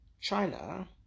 China